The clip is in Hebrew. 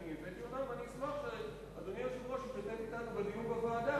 אני אשמח אם אדוני היושב-ראש ישתתף אתנו בדיון בוועדה.